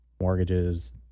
mortgages